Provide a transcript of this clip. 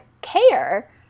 care